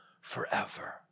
forever